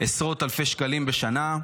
עשרות אלפי שקלים בשנה,